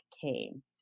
came